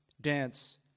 dance